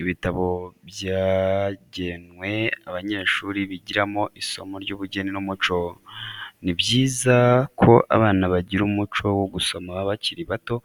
Ibitabo byagewe abanyeshuri bigiramo isomo ry'ubugeni n'umuco, ni byiza ko abana bagira umuco wo gusoma bakiri bato